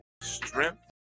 strength